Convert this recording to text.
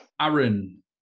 Aaron